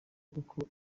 kuko